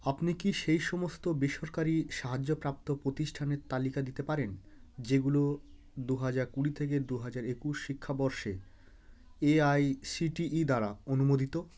আপনি কি সেই সমস্ত বেসরকারি সাহায্যপ্রাপ্ত প্রতিষ্ঠানের তালিকা দিতে পারেন যেগুলো দু হাজার কুড়ি থেকে দু হাজার একুশ শিক্ষাবর্ষে এআইসিটিই দ্বারা অনুমোদিত